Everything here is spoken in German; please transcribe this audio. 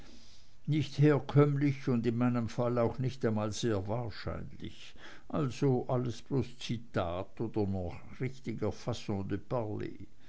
nicht herkömmlich und in meinem fall auch nicht einmal sehr wahrscheinlich also alles bloß zitat oder noch richtiger